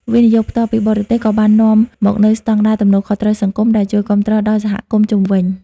វិនិយោគផ្ទាល់ពីបរទេស ក៏បាននាំមកនូវស្ដង់ដារ "ទំនួលខុសត្រូវសង្គម" ដែលជួយគាំទ្រដល់សហគមន៍ជុំវិញ។